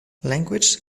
language